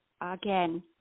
again